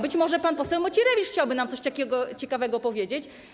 Być może pan poseł Macierewicz chciałby nam coś ciekawego powiedzieć.